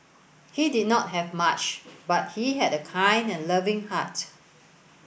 he did not have much but he had a kind and loving heart